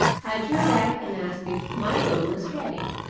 i drew back and asked if my room was ready.